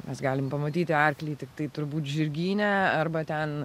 mes galim pamatyti arklį tiktai turbūt žirgyne arba ten